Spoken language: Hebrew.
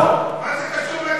מה זה קשור לגזענות?